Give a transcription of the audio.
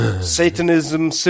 Satanism